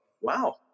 wow